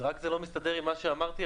זה לא מסתדר עם מה שאמרתי,